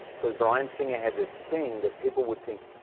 cause bryan singer had this thing that people would think,